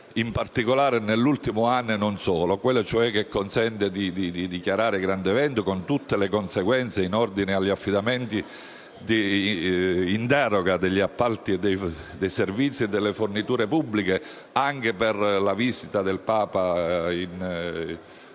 in particolare nell'ultimo anno, e non solo. Questa norma consente di dichiarare «grande evento» - con tutte le conseguenze in ordine agli affidamenti in deroga degli appalti dei servizi e delle forniture pubbliche - una molteplicità di iniziative,